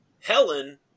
Helen